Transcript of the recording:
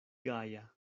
gaja